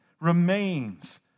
remains